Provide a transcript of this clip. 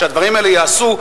שהדברים האלה ייעשו.